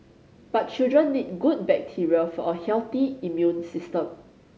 but children need good bacteria for a healthy immune system